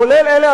כולל אלה,